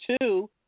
two